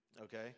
okay